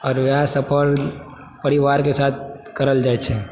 आओर वएह सफर परिवार के साथ करल जाइ छै